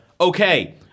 Okay